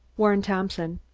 warren thompson.